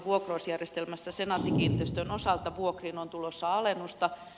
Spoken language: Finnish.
senaatti kiinteistöjen osalta vuokriin on tulossa alennusta